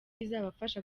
bizabafasha